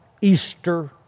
Easter